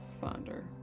fonder